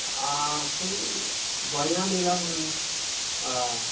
आं तूं गोंयान येयलां म्हणून हय